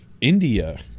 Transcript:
India